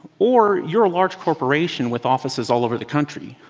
or you're a large corporation with offices all over the country,